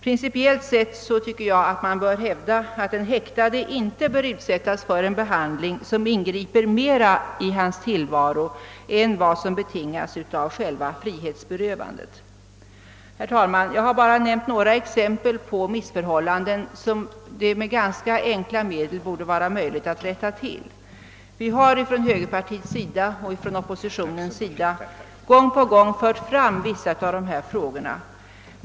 Principiellt bör man hävda att en häktad inte bör utsättas för en behandling som ingriper mer i hans tillvaro än som betingas av själva frihetsberövandet. Herr talman! Jag har bara gett några exempel på missförhållanden som det med ganska enkla medel borde vara möjligt att rätta till. Vi har från högerpartiet och övriga oppositionspartier gång på gång fört fram vissa av dessa frågor.